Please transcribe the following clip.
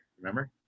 Remember